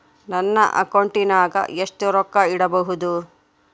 ನನ್ನ ಅಕೌಂಟಿನಾಗ ಎಷ್ಟು ರೊಕ್ಕ ಇಡಬಹುದು?